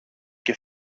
και